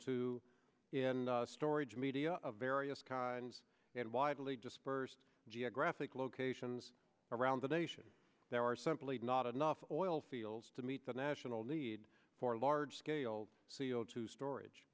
two in storage media of various kinds and widely dispersed geographic locations around the nation there are simply not enough oil fields to meet the national need for large scale c o two storage